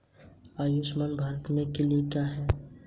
आयुष्मान भारत के लिए कौन पात्र नहीं है?